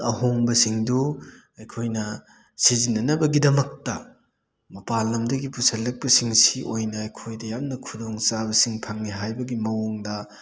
ꯑꯍꯣꯡꯕ ꯁꯤꯡꯗꯨ ꯑꯩꯈꯣꯏꯅ ꯁꯤꯖꯤꯟꯅꯅꯕꯒꯤꯗꯃꯛꯇ ꯃꯄꯥꯟ ꯂꯝꯗꯒꯤ ꯄꯨꯁꯤꯜꯂꯛꯄ ꯁꯤꯡꯁꯤ ꯑꯣꯏꯅ ꯑꯩꯈꯣꯏꯗ ꯌꯥꯝꯅ ꯈꯨꯗꯣꯡ ꯆꯥꯕꯁꯤꯡ ꯐꯪꯉꯤ ꯍꯥꯏꯕꯒꯤ ꯃꯑꯣꯡꯗ